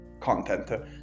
content